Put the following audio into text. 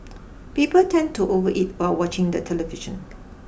people tend to overeat while watching the television